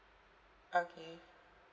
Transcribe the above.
okay